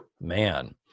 Man